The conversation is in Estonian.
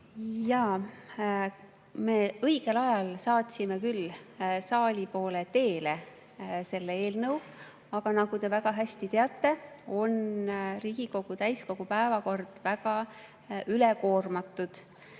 Jaa, me saatsime küll õigel ajal saali poole teele selle eelnõu, aga nagu te väga hästi teate, on Riigikogu täiskogu päevakord väga ülekoormatud.